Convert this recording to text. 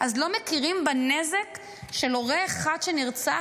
אז לא מכירים בנזק של הורה אחד שנרצח,